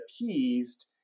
appeased